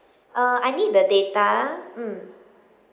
uh I need the data mm